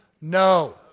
No